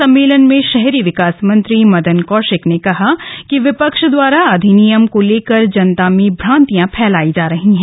सम्मेलन में शहरी विकास मंत्री मदन कौशिक ने कहा कि विपक्ष द्वारा अधिनियम को लेकर जनता में भ्रांतियां फैलाई जा रही है